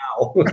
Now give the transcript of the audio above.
now